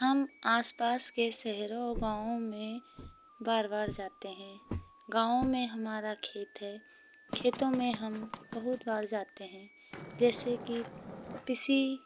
हम आस पास के शहरों गाँव में बार बार जाते हैं गाँव में हमारा खेत है खेतों में हम बहुत बार जाते हैं जैसे कि कृषि